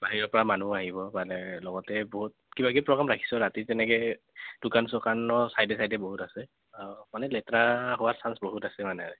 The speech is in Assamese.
বাহিৰৰপৰা মানুহো আহিব মানে লগতে বহুত কিবাকিবি প্ৰগ্ৰাম ৰাখিছোঁ ৰাতি তেনেকৈ দোকান চোকানো চাইডে চাইডে বহুত আছে মানে লেতেৰা হোৱাৰ চাঞ্চ বহুত আছে মানে